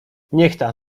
niechta